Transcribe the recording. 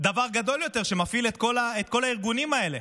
דבר גדול יותר שמפעיל את כל הארגונים האלה.